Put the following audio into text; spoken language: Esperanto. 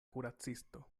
kuracisto